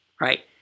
right